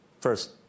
First